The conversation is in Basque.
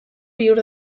bihur